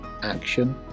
action